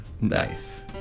Nice